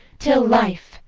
till life,